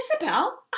Isabel